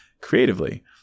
creatively